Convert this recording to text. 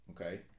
okay